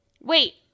Wait